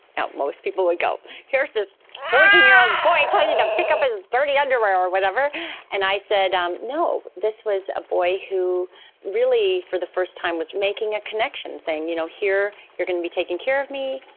now, most people would go, here is this fourteen year old boy telling you to pick up his dirty underwear or whatever and i said um no, this was a boy who really for the first time was making a connection, saying, you know here, you're going to be taking care of me,